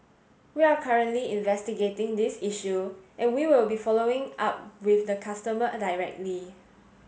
we are currently investigating this issue and we will be following up with the customer directly